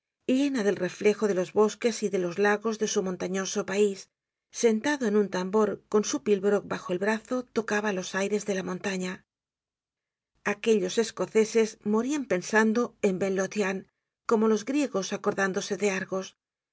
llena del reflejo de los bosques y de los lagos de su montañoso país sentado en un tambor con su pibroch bajo el brazo tocaba los aires de la montaña aquellos escoceses morian pensando en ben lothian como los griegos acordándose de argos